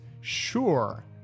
sure